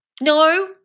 no